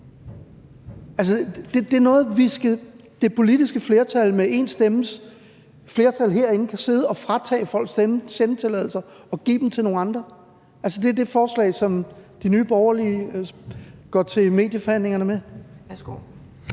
det er noget, som det politiske flertal med én stemmes flertal kan sidde herinde og afgøre, altså at fratage folks sendetilladelser og give dem til nogle andre. Altså, er det det forslag, som Nye Borgerlige går til medieforhandlingerne med?